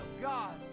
God